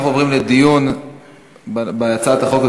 אנחנו עוברים לדיון בהצעת החוק.